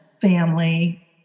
family